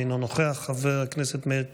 אינו נוכח, חבר הכנסת מאיר כהן,